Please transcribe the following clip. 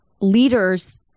leaders